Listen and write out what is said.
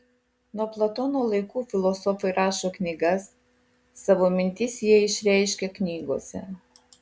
nuo platono laikų filosofai rašo knygas savo mintis jie išreiškia knygose